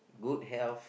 good health